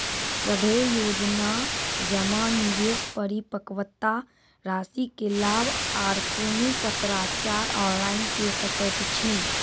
सभे योजना जमा, निवेश, परिपक्वता रासि के लाभ आर कुनू पत्राचार ऑनलाइन के सकैत छी?